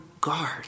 guard